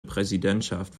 präsidentschaft